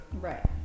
right